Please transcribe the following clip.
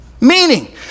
Meaning